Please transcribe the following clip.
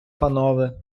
панове